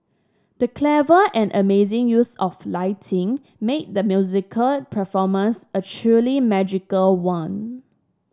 the clever and amazing use of lighting made the musical performance a truly magical one